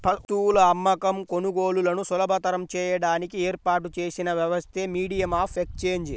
వస్తువుల అమ్మకం, కొనుగోలులను సులభతరం చేయడానికి ఏర్పాటు చేసిన వ్యవస్థే మీడియం ఆఫ్ ఎక్సేంజ్